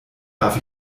darf